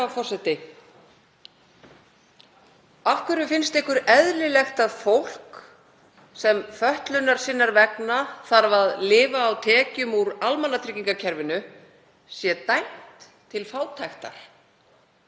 forseti. Af hverju finnst ykkur eðlilegt að fólk sem fötlunar sinnar vegna þarf að lifa á tekjum úr almannatryggingakerfinu sé dæmt til fátæktar?